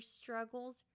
struggles